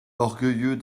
orgueilleux